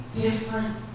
different